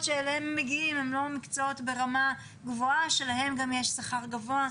שאליהם מגיעים הם לא מקצועות ברמה גבוהה שלהם גם יש שכר גבוה.